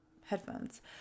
headphones